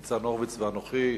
ניצן הורוביץ ואנוכי,